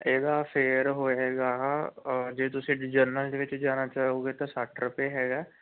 ਇਹਦਾ ਫਿਰ ਹੋਵੇਗਾ ਅ ਜੇ ਤੁਸੀਂ ਜਰਨਲ ਦੇ ਵਿੱਚ ਜਾਣਾ ਚਾਹੋਂਗੇ ਤਾਂ ਸੱਠ ਰੁਪਏ ਹੈਗਾ